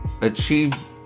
achieve